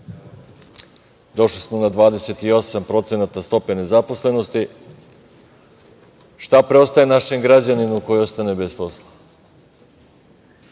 Došli smo na 28% stope nezaposlenosti. Šta preostaje našim građaninu koji ostane bez posla?